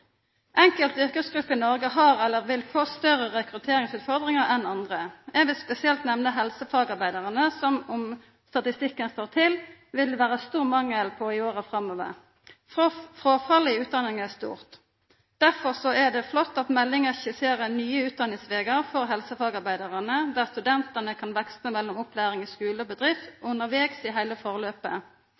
yrkesgrupper i Noreg har eller vil få større rekrutteringsutfordringar enn andre. Eg vil spesielt nemna helsefagarbeidarane som det – dersom statistikken slår til – vil vera stor mangel på i åra framover. Fråfallet i utdanninga er stort. Derfor er det flott at meldinga skisserer nye utdanningsvegar for helsefagarbeidarane, der studentane kan veksla mellom opplæring i skule og bedrift undervegs i heile